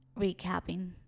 recapping